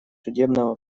судебного